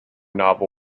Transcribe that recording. novel